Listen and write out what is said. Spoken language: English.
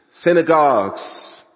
synagogues